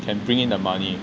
can bring in the money